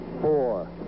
four